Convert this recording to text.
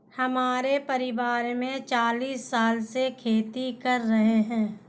हमारे परिवार में चालीस साल से खेती कर रहे हैं